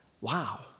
Wow